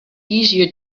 easier